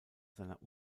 seiner